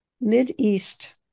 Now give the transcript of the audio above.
mid-east